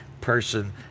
person